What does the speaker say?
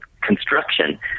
construction